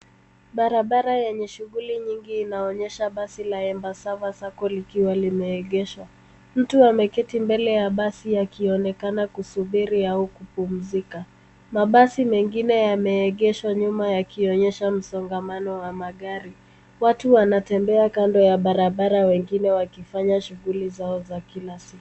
Barabara yenye shughuli nyingi inaoneysha basi la Embassava sacco, likiwa limeegeshwa. Mtu ameketi mbele ya basi akionekana kusubiria au kupumzika. Mabasi mengine yameegeshwa nyuma yakionyesha msongamano wa magari. Watu wanatembea kando ya barabara wengine wakifanya shughuli zao za kila siku.